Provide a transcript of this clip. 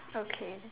okay